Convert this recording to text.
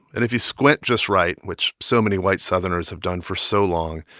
and if you squint just right, which so many white southerners have done for so long,